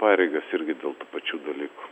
pareigas irgi dėl tų pačių dalykų